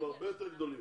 הם הרבה יותר גדולים.